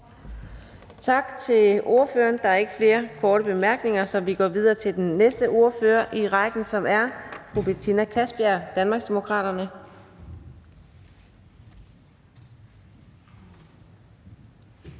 Tak til ordføreren. Der er ikke flere korte bemærkninger, så vi går videre til den næste ordfører i rækken, som er fru Betina Kastbjerg, Danmarksdemokraterne.